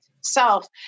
self